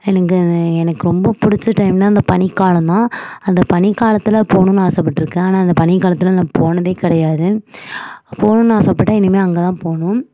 எனக்கு இந்த எனக்கு ரொம்ப படுச்ச டைம்னால் இந்த பனிக்காலம்தான் அந்த பனிக்காலத்தில் போகணும்னு ஆசைப்பட்ருக்கேன் ஆனால் அந்த பனிக்காலத்தில் நான் போனதே கிடையாது போகணும்னு ஆசைப்பட்டா இனிமே அங்கேதான் போகணும்